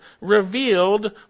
revealed